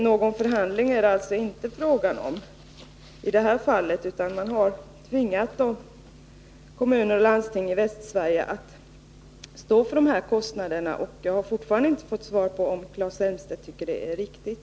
Någon förhandling är det alltså inte fråga om i det här fallet, utan man har tvingat kommuner och landsting i Västsverige att stå för kostnaderna. Jag har fortfarande inte fått svar på om Claes Elmstedt tycker att det är riktigt.